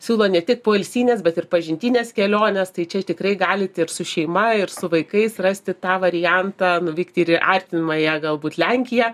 siūlo ne tik poilsines bet ir pažintines keliones tai čia tikrai galit ir su šeima ir su vaikais rasti tą variantą nuvykti ir į artimąją galbūt lenkiją